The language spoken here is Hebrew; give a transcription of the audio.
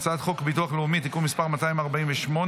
על הצעת חוק הביטוח הלאומי (תיקון מס' 248)